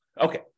Okay